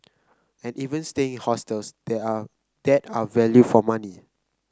and even staying in hostels they are that are value for money